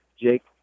Jake